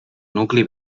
nucli